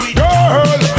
girl